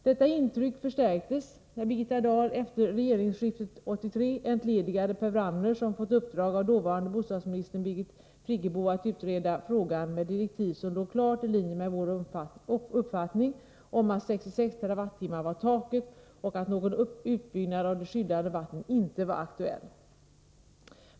Detta intryck förstärktes när Birgitta Dahl efter regeringsskiftet 1983 entledigade Per Wramner, som fått i uppdrag av dåvarande bostadsminister Birgit Friggebo att utreda frågan — med direktiv som låg klart i linje med vår uppfattning att 66 TWh var taket och att någon utbyggnad av de skyddade vattnen inte var aktuell.